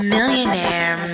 Millionaire